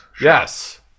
Yes